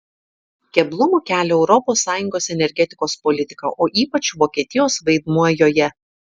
keblumų kelia europos sąjungos energetikos politika o ypač vokietijos vaidmuo joje